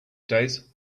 days